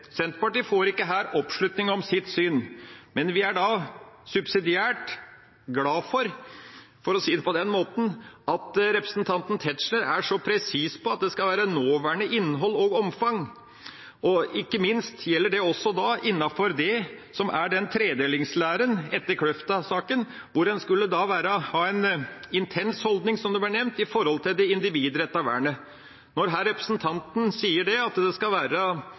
Senterpartiet får her ikke oppslutning om sitt syn, men vi er subsidiært glad for – for å si det på den måten – at representanten Tetzschner er så presis på at det skal være nåværende innhold og omfang. Ikke minst gjelder det også innenfor tredelingslæren etter Kløfta-saken, hvor en skulle ha en intens holdning – som det ble nevnt – når det gjaldt det individrettede vernet. Når representanten her sier at det skal være